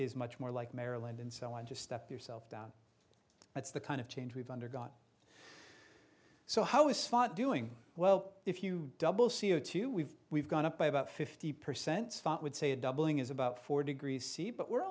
is much more like maryland and so i just stuff yourself down that's the kind of change we've undergone so how is fun doing well if you double c o two we've we've gone up by about fifty percent would say a doubling is about four degrees c but we're